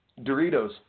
Doritos